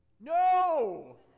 No